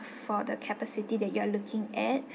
for the capacity that you are looking at